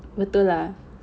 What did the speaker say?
betul lah